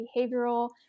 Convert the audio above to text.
behavioral